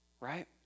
right